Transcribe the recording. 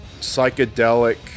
psychedelic